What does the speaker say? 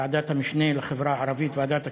ועדת המשנה לחברה הערבית של ועדת הכספים,